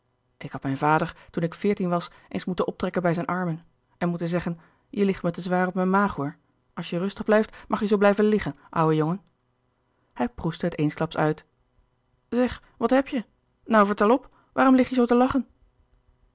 ik had mijn vader toen ik veertien was eens moeten optrekken bij zijn armen en moeten zeggen je ligt me te zwaar op mijn maag hoor als je rustig blijft mag je zoo blijven liggen ouwe jongen hij proestte het eensklaps uit zeg wat heb je nou vertel op waarom lig je zoo te lachen